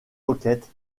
roquettes